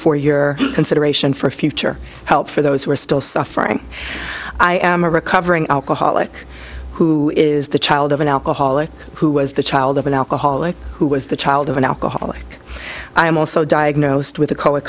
for your consideration for future help for those who are still suffering i am a recovering alcoholic who is the child of an alcoholic who was the child of an alcoholic who was the child of an alcoholic i am also diagnosed with a co